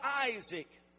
Isaac